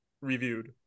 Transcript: reviewed